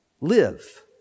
live